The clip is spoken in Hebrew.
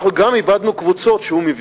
וגם איבדנו קבוצות שהוא היה מביא.